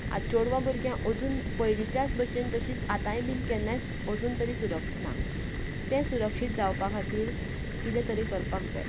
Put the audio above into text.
आता चेडवां भुरग्यांक अजून पयलींच्याच भशेन तशींच आतांय बीन केन्नाय अजून तरी सुरक्षीत ना तें सुरक्षीत जावपा खातीर कितें तरी करपाक जाय